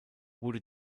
wurde